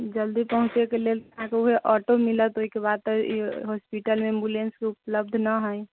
जल्दी पहुँचैके लेल अहाँके उएह ऑटो मिलत ओहिके बाद तऽ ई होस्पिटलमे एम्बुलेंस उपलब्ध ना हइ